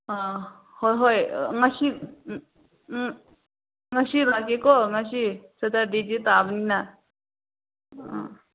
ꯑꯥ ꯍꯣꯏ ꯍꯣꯏ ꯉꯁꯤ ꯎꯝ ꯉꯁꯤ ꯂꯥꯛꯀꯦꯀꯣ ꯉꯁꯤ ꯁꯦꯇꯔꯗꯦꯁꯨ ꯇꯥꯕꯅꯤꯅ ꯑꯥ